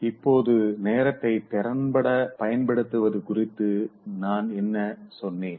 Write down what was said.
இப்போது நேரத்தை திறம்பட பயன்படுத்துவது குறித்து நான் என்ன சொன்னேன்